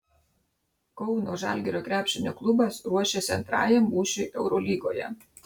kauno žalgirio krepšinio klubas ruošiasi antrajam mūšiui eurolygoje